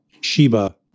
Sheba